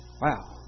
Wow